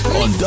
on